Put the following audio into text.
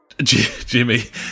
Jimmy